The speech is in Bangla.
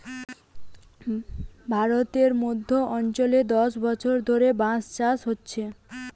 ভারতের মধ্য অঞ্চলে দশ বছর ধরে বাঁশ চাষ হচ্ছে